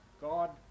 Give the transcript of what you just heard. God